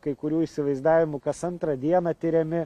kai kurių įsivaizdavimu kas antrą dieną tiriami